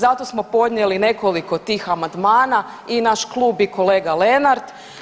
Zato smo podnijeli nekoliko tih amandmana i naš klub i kolega Lenart.